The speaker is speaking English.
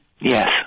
Yes